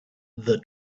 the